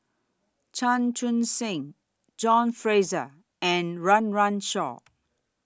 Chan Chun Sing John Fraser and Run Run Shaw